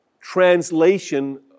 translation